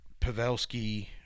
Pavelski